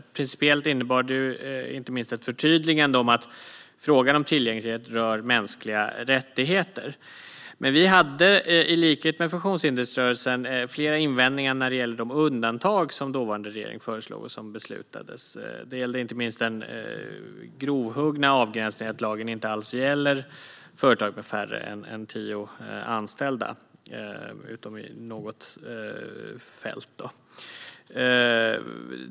Principiellt innebar det ett förtydligande om att frågan om tillgänglighet rör mänskliga rättigheter. Men vi hade, i likhet med funktionshindersrörelsen, flera invändningar när det gällde de undantag som dåvarande regering föreslog och som beslutades. Det gäller inte minst den grovhuggna avgränsningen att lagen inte alls gäller företag med färre än tio anställda utom på något enstaka område.